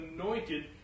anointed